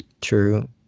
True